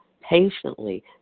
patiently